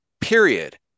Period